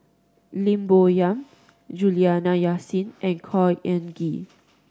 Lim Bo Yam Juliana Yasin and Khor Ean Ghee